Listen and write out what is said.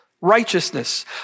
righteousness